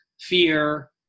fear